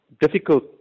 difficult